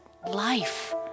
life